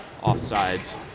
Offsides